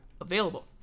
available